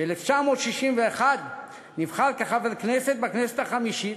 ב-1961 נבחר כחבר כנסת בכנסת החמישית